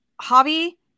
Hobby